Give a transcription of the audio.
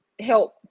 help